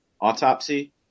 autopsy